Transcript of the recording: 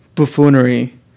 Buffoonery